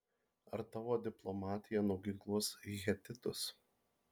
ar tavo diplomatija nuginkluos hetitus